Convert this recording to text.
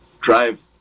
drive